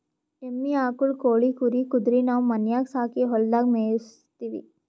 ಎಮ್ಮಿ ಆಕುಳ್ ಕೋಳಿ ಕುರಿ ಕುದರಿ ನಾವು ಮನ್ಯಾಗ್ ಸಾಕಿ ಹೊಲದಾಗ್ ಮೇಯಿಸತ್ತೀವಿ